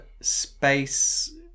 space